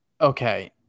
Okay